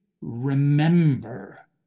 remember